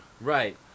Right